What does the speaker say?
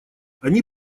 они